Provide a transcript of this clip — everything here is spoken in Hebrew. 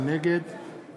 נגד